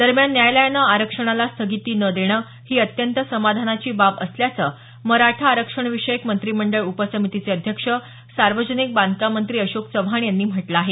दरम्यान न्यायालयानं आरक्षणाला स्थगिती न देणं ही अत्यंत समाधानाची बाब असल्याचं मराठा आरक्षणविषयक मंत्रिमंडळ उपसमितीचे अध्यक्ष सार्वजनिक बांधकाम मंत्री अशोक चव्हाण यांनी म्हटलं आहे